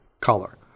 color